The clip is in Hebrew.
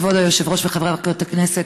כבוד היושב-ראש וחברי הכנסת,